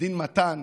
כדין מתן